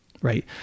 Right